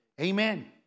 Amen